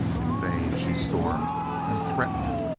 in vain she stormed and threatened.